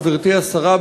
גברתי השרה,